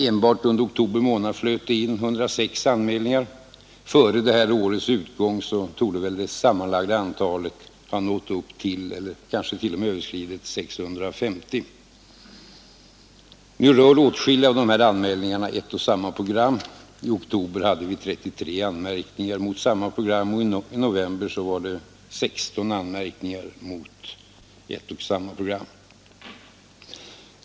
Enbart under oktober månad flöt 106 anmälningar in. Före detta års utgång torde det sammanlagda antalet ha nått upp till eller kanske t.o.m. överskridit 650. Åtskilliga av dessa anmälningar rör ett och samma program. I oktober hade radionämnden 33 anmärkningar mot samma program, och i november inkom 16 anmärkningar mot ett program.